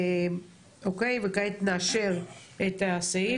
הסתייגות 2 לסעיף